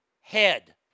head